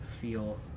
feel